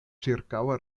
ĉirkaŭa